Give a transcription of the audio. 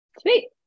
Sweet